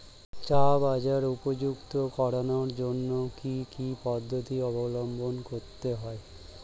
চা বাজার উপযুক্ত করানোর জন্য কি কি পদ্ধতি অবলম্বন করতে হয়?